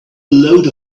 load